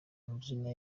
amazina